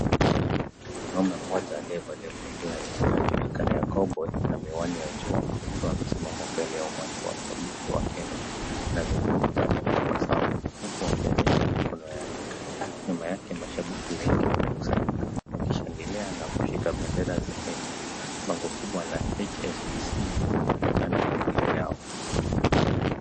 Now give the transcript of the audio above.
Mwanaume mmoja aliyevalia kofia inayojulikana kaoboi na miwani ya jua akiwa amesimama mbele ya umati wa mashabiki wa kenya nazungumza na kutabasamu huku akionyesha mkono yake, nyuma yake mashabiki wengi wamekusanyika wakishangilia na kushika bendela za kenya. Bango kubwa la HSBC linaonekana mbele yao.